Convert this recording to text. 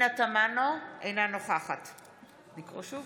אינה נוכחת נא לקרוא שוב,